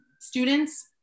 students